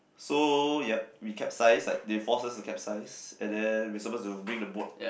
so yup we capsized like they forced us to capsize and then we supposed to bring the boat